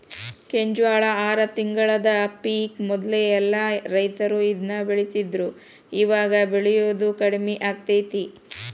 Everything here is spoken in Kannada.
ಕೆಂಜ್ವಾಳ ಆರ ತಿಂಗಳದ ಪಿಕ್ ಮೊದ್ಲ ಎಲ್ಲಾ ರೈತರು ಇದ್ನ ಬೆಳಿತಿದ್ರು ಇವಾಗ ಬೆಳಿಯುದು ಕಡ್ಮಿ ಆಗೇತಿ